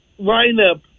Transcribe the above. lineup